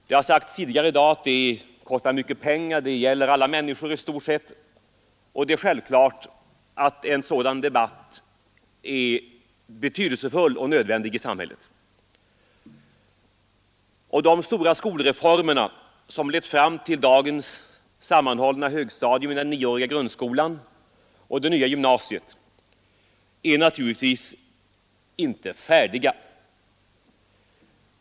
Det har sagts tidigare i dag att skolan kostar mycket pengar och berör i stort sett alla människor. En debatt om skolan är därför mycket betydelsefull och nödvändig. De stora skolreformer som har lett fram till dagens sammanhållna högstadium i den nioåriga grundskolan och det nya gymnasiet är naturligtvis inte färdiga.